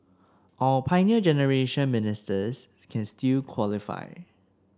our Pioneer Generation Ministers can still qualify